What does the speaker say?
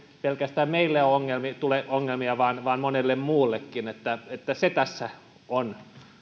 pelkästään meille tule ongelmia vaan vaan monelle muullekin se tässä on